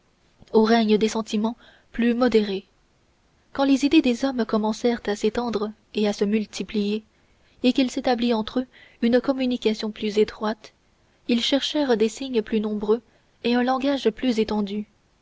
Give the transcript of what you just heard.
où règnent des sentiments plus modérés quand les idées des hommes commencèrent à s'étendre et à se multiplier et qu'il s'établit entre eux une communication plus étroite ils cherchèrent des signes plus nombreux et un langage plus étendu